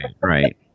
right